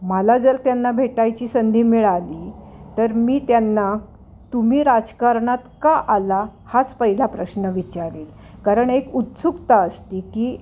मला जर त्यांना भेटायची संधी मिळाली तर मी त्यांना तुम्ही राजकारणात का आला हाच पहिला प्रश्न विचारेल कारण एक उत्सुकता असते की